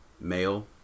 male